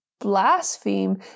blaspheme